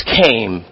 came